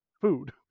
food